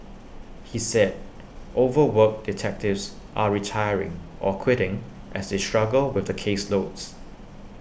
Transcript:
he said overworked detectives are retiring or quitting as they struggle with the caseloads